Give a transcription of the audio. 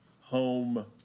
home